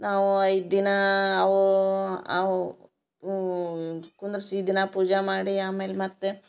ನಾವು ಐದು ದಿನ ಅವು ಅವು ಇದು ಕುಂದ್ರಿಸಿ ದಿನ ಪೂಜೆ ಮಾಡಿ ಆಮೇಲೆ ಮತ್ತೆ